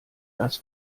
das